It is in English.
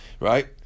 right